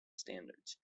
standards